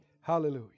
Hallelujah